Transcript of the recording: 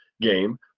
game